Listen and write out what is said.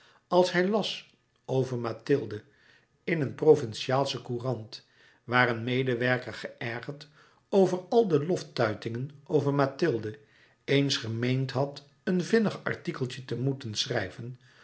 als hij las over mathilde in een provinciaalsche courant waar een medewerker geërgerd over al de loftuitingen over mathilde eens gemeend had een vinnig artikeltje te louis couperus metamorfoze moeten schrijven